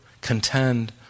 Contend